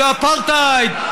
ואפרטהייד.